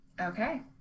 Okay